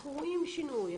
אנחנו רואים שינוי.